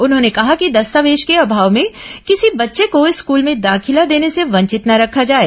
उन्होंने कहा कि दस्तावेज के अभाव में किसी बच्चे को स्कल में दाखिला देने से वंचित न रखा जाए